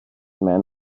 men